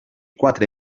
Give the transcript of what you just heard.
quatre